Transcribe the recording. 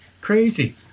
Crazy